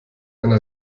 eine